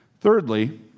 Thirdly